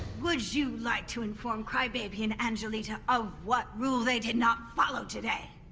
would you like to inform crybaby and angelita of what rule they did not follow today?